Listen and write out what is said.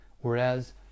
whereas